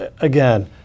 again